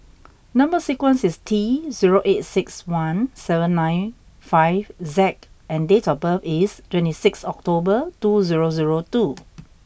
number sequence is T zero eight six one seven nine five Z and date of birth is twenty six October two zero zero two